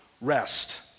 rest